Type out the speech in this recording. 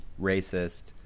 racist